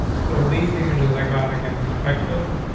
so these images i got again in the pixels,